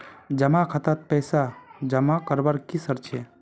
जमा खातात पैसा जमा करवार की शर्त छे?